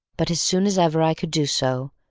but, as soon as ever i could do so,